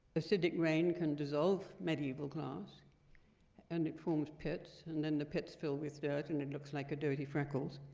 acidic rain can dissolve medieval glass and it formed pits, and then the pits fill with dirt and it looks like ah dirty freckles.